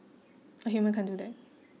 a human can't do that